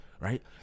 Right